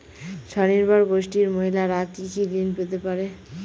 স্বনির্ভর গোষ্ঠীর মহিলারা কি কি ঋণ পেতে পারে?